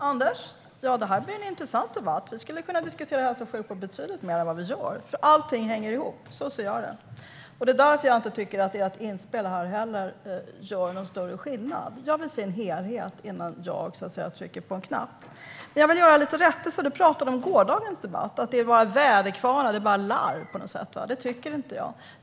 Fru talman! Det här blir en intressant debatt, Anders. Vi skulle kunna diskutera hälso och sjukvård betydligt mer än vad vi gör. Allting hänger ihop - så ser jag det. Det är därför jag inte tycker att ert inspel här gör någon större skillnad. Jag vill se en helhet innan jag trycker på en knapp. Jag vill göra några rättelser. Du pratade om gårdagens debatt och att det är påhittade väderkvarnar och bara larv. Det tycker inte jag.